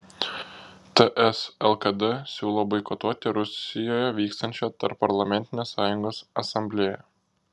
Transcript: ts lkd siūlo boikotuoti rusijoje vyksiančią tarpparlamentinės sąjungos asamblėją